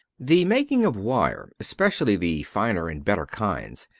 the making of wire, especially the finer and better kinds,